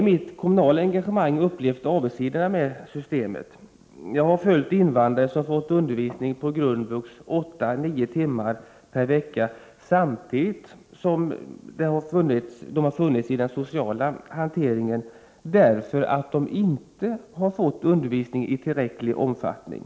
I mitt kommunala engagemang har jag fått uppleva avigsidorna med systemet. Jag har följt invandrare som har fått undervisning inom grundvux åtta nio timmar per vecka, samtidigt som de har funnits i den sociala hanteringen, eftersom de inte har fått undervisning i tillräcklig omfattning.